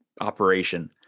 operation